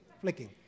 flicking